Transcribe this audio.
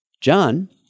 John